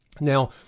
Now